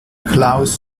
klaus